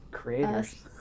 Creators